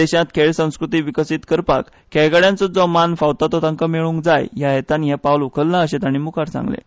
देशांत खेळ संस्कृती विकसीत करपाक खेळगड्यांक जो मान फावता तो तांकां मेळूंक जाय ह्या हेतान हें पावल उखल्ला अशें तांणी मुखार सांगलें